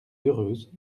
heureuse